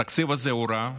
התקציב הזה הוא רע,